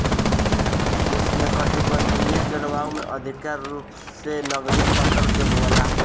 उष्णकटिबंधीय जलवायु में अधिका रूप से नकदी फसल के बोआला